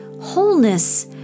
wholeness